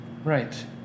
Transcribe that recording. Right